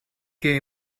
que